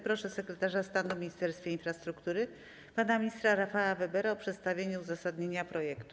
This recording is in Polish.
Proszę sekretarza stanu w Ministerstwie Infrastruktury pana ministra Rafała Webera o przedstawienie uzasadnienia projektu ustawy.